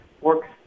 works